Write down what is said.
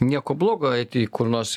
nieko blogo eiti kur nors